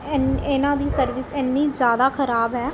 ਇਹਨ ਇਹਨਾਂ ਦੀ ਸਰਵਿਸ ਐਨੀ ਜ਼ਿਆਦਾ ਖਰਾਬ ਹੈ